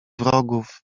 wrogów